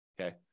okay